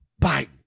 Biden